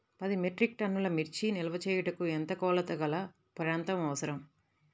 పది మెట్రిక్ టన్నుల మిర్చి నిల్వ చేయుటకు ఎంత కోలతగల ప్రాంతం అవసరం?